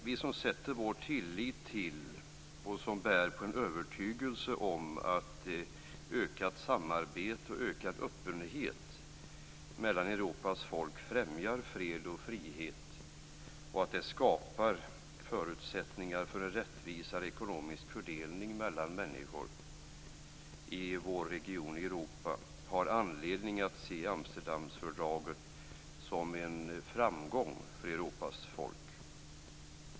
Vi som sätter vår tillit till, och bär på en övertygelse om, att ökat samarbete och ökad öppenhet mellan Europas folk främjar fred och frihet, och att det skapar förutsättningar för en rättvisare ekonomisk fördelning mellan människor i vår region, i Europa, har anledning att se Amsterdamfördraget som en framgång för Europas folk.